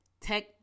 tech